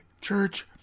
church